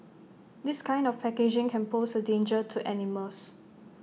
this kind of packaging can pose A danger to animals